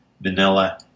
vanilla